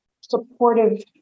supportive